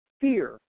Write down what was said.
fear